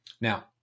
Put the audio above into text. Now